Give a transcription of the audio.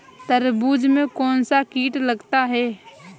तरबूज में कौनसा कीट लगता है?